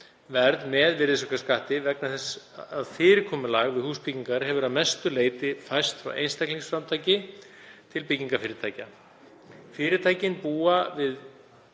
verð með virðisaukaskatti vegna þess að fyrirkomulag við húsbyggingar hefur að mestu leyti færst frá einstaklingsframtaki til byggingarfyrirtækja. Fyrirtækin búa við